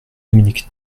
dominique